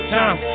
time